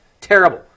terrible